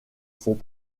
font